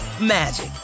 magic